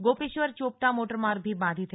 गोपेश्वर चोपता मोटरमार्ग भी बाधित है